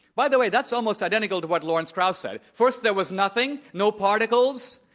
by the way, that's almost identical to what lawrence krauss said, first, there was nothing, no particles,